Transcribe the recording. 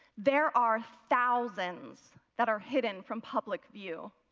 there are thousands that are hidden from public view.